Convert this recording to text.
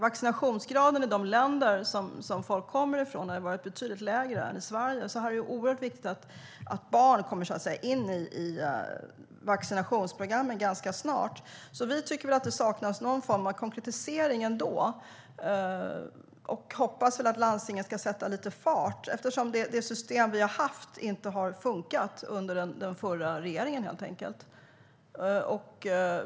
Vaccinationsgraden i de länder som folk kommer ifrån är betydligt lägre än i Sverige. Det är oerhört viktigt att barn kommer in i vaccinationsprogrammet ganska snart. Vi tycker att det saknas någon form av konkretisering och hoppas att landstingen ska sätta lite fart. Det system som vi har haft under den förra regeringen har helt enkelt inte funkat.